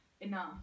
Enough